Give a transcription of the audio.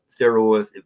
steroids